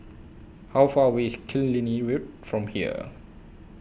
How Far away IS Killiney Road from here